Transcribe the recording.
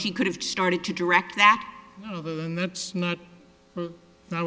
she could have started to direct that and that's not